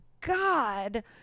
God